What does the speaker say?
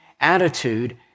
attitude